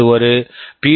இது ஒரு பி